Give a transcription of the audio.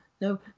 no